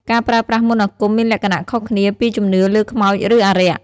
ការប្រើប្រាស់មន្តអាគមមានលក្ខណៈខុសគ្នាពីជំនឿលើខ្មោចឬអារក្ស។